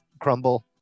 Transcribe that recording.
crumble